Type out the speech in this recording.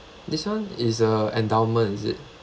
this one is a endowment is it